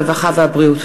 הרווחה והבריאות.